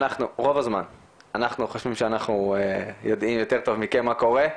רוב הזמן אנחנו חושבים שאנחנו יודעים יותר טוב מכם מה קורה.